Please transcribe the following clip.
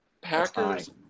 Packers